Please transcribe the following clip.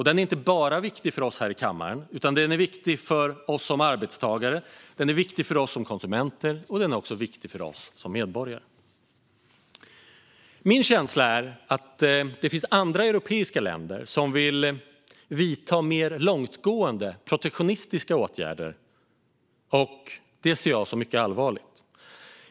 Den är inte bara viktig för oss här i kammaren, utan den är även viktig för oss som arbetstagare och konsumenter - och för oss som medborgare. Min känsla är att det finns andra europeiska länder som vill vidta mer långtgående protektionistiska åtgärder, och det ser jag som mycket allvarligt.